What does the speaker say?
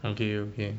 okay okay